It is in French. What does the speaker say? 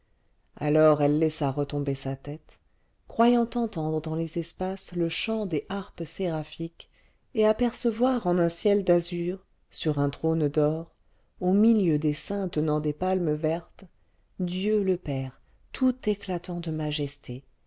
alors elle laissa retomber sa tête croyant entendre dans les espaces le chant des harpes séraphiques et apercevoir en un ciel d'azur sur un trône d'or au milieu des saints tenant des palmes vertes dieu le père tout éclatant de majesté